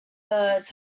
birds